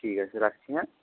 ঠিক আছে রাখছি হ্যাঁ